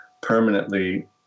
permanently